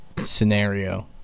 scenario